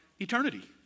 Eternity